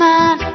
Man